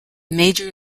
major